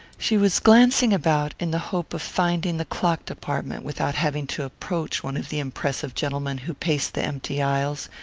she was glancing about in the hope of finding the clock-department without having to approach one of the impressive gentlemen who paced the empty aisles,